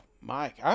Mike